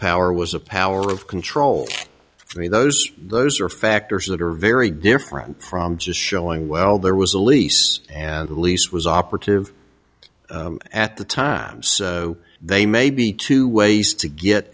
power was a power of control i mean those those are factors that are very different from just showing well there was a lease and lease was operative at the time so they may be two ways to get